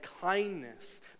kindness